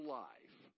life